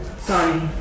Sorry